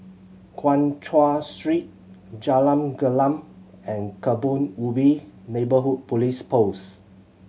Guan Chuan Street Jalan Gelam and Kebun Ubi Neighbourhood Police Post